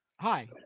Hi